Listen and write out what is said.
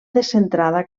descentrada